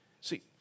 see